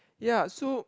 ya so